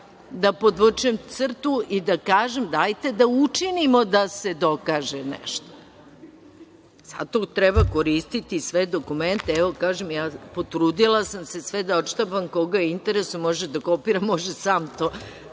da podvučem crtu i da kažem dajte da učinimo da se dokaže nešto. Zato treba koristiti sva dokumenta, evo kažem, potrudila sam se sve da odštampam. Koga interesuje može da kopira, može sam to